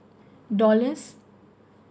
dollars